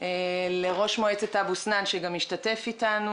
לראש מועצת אבו-סנין שגם השתתף איתנו,